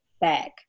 back